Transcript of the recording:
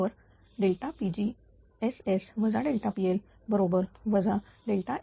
तर FSSKp आणि Kp बरोबर 1D